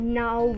now